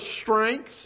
strength